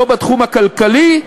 לא בתחום הכלכלי,